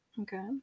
Okay